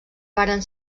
varen